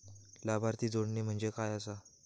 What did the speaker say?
लाभार्थी जोडणे म्हणजे काय आसा?